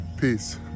peace